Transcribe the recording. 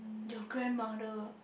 your grandmother